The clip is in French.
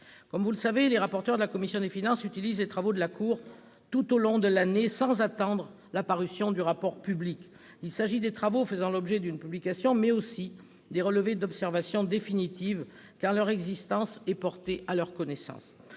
Comme vous le savez, les rapporteurs de la commission des finances utilisent les travaux de la Cour des comptes tout au long de l'année, sans attendre la parution du rapport public. Il s'agit non seulement des travaux faisant l'objet d'une publication, mais aussi des relevés d'observations définitives, quand leur existence est portée à leur connaissance.